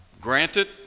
granted